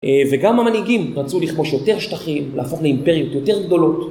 וגם המנהיגים רצו לכבוש יותר שטחים, להפוך לאימפריות יותר גדולות.